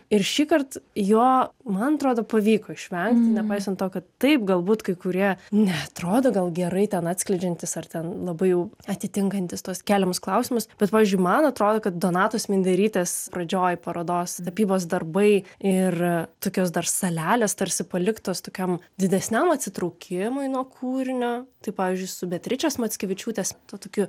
ir šįkart jo man atrodo pavyko išvengti nepaisant to kad taip galbūt kai kurie neatrodo gal gerai ten atskleidžiantys ar ten labai jau atitinkantys tuos keliamus klausimus bet pavyzdžiui man atrodo kad donatos minderytės pradžioj parodos tapybos darbai ir tokios dar salelės tarsi paliktos tokiam didesniam atsitraukimui nuo kūrinio tai pavyzdžiui su beatričės mockevičiūtės tuo tokiu